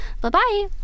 Bye-bye